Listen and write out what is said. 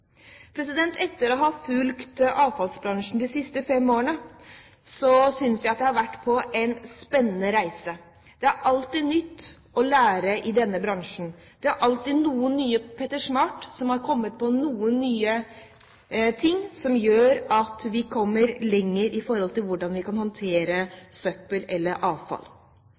Etter å ha fulgt avfallsbransjen de siste fem årene synes jeg at jeg har vært på en spennende reise. Det er alltid noe nytt å lære i denne bransjen. Det er alltid noen nye Petter Smart-er som har kommet på noen nye ting som gjør at vi kommer lenger i forhold til hvordan vi kan håndtere søppel eller avfall.